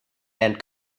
and